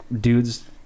dude's